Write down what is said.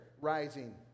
rising